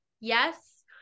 yes